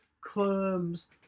clubs